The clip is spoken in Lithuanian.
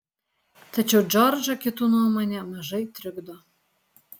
tačiau džordžą kitų nuomonė mažai trikdo